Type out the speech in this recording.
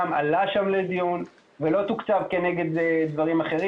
עלה שם לדיון ולא תוקצב כנגד דברים אחרים.